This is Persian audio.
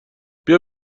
بیا